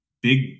big